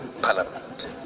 Parliament